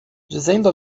dizendo